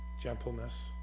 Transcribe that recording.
Gentleness